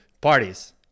parties